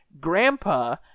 Grandpa